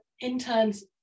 interns